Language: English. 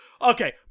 Okay